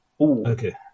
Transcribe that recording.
Okay